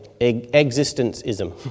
existence-ism